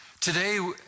Today